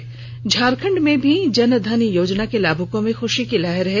इधर झारखंड में भी जन धन योजना के लाभुकों में ख्शी की लहर है